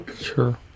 Sure